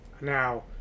Now